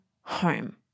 home